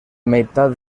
meitat